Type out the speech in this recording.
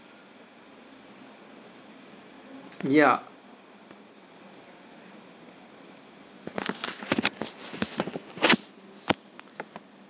ya